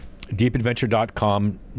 deepadventure.com